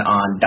on